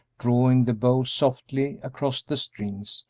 drawing the bow softly across the strings,